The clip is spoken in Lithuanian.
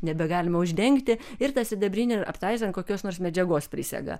nebegalima uždengti ir ta sidabrinį aptaisą ant kokios nors medžiagos prisega